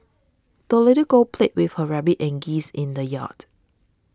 the little girl played with her rabbit and geese in the yard